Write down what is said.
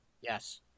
yes